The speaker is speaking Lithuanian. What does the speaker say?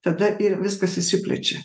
tada ir viskas išsiplečia